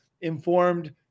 informed